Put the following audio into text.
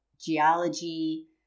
geology